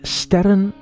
sterren